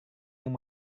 yang